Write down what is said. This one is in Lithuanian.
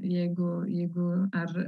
jeigu jeigu ar